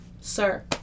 Sir